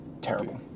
terrible